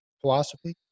philosophy